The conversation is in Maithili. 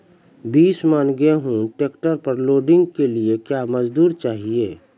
बीस मन गेहूँ ट्रैक्टर पर लोडिंग के लिए क्या मजदूर चाहिए?